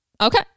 okay